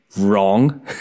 wrong